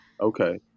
Okay